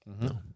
no